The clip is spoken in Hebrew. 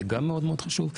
זה גם מאוד חשוב.